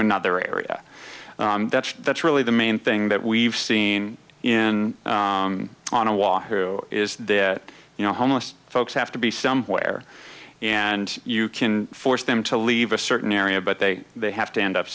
another area that's that's really the main thing that we've seen in on a walk through is that you know homeless folks have to be somewhere and you can force them to leave a certain area but they they have to